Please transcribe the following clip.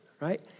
right